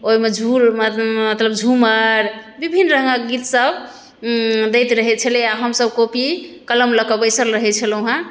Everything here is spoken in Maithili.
ओहिमे झूर मतलब झूमर विभिन्न रङ्गक गीतसभ दैत रहैत छलै आओर हमसभ कॉपी कलम लऽ कऽ बैसल रहैत छलहुँ हेँ